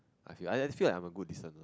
I feel I feel like I'm a good listener